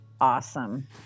awesome